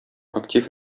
актив